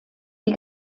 die